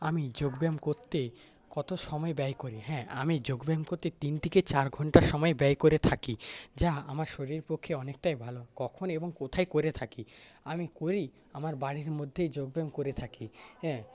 আমি যোগব্যায়াম করতে কত সময় ব্যয় করি হ্যাঁ আমি যোগব্যায়াম করতে তিন থেকে চার ঘন্টা সময় ব্যয় করে থাকি যা আমার শরীরের পক্ষে অনেকটাই ভালো কখন এবং কোথায় করে থাকি আমি করি আমার বাড়ির মধ্যেই যোগব্যায়াম করে থাকি হ্যাঁ